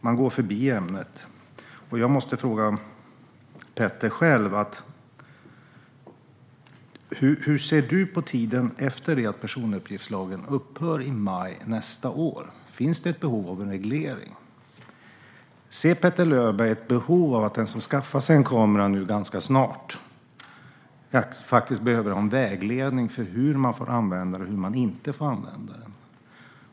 Man går förbi ämnet. Jag måste fråga Petter Löberg: Hur ser du på tiden efter det att personuppgiftslagen upphör i maj nästa år? Finns det ett behov av en reglering? Ser Petter Löberg behovet av att den som skaffar sig en kamera ganska snart får en vägledning för hur den får användas och inte?